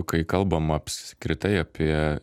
kai kalbam apskritai apie